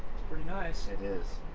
it's pretty nice. it is.